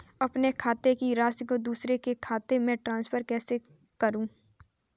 अपने खाते की राशि को दूसरे के खाते में ट्रांसफर कैसे करूँ?